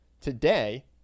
today